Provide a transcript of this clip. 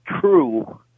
true